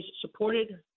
supported